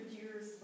years